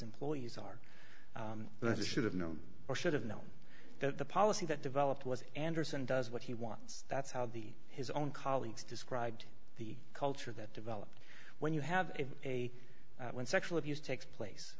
employees are but he should have known or should have known that the policy that developed was anderson does what he wants that's how the his own colleagues described the culture that developed when you have a when sexual abuse takes place